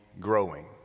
growing